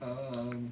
um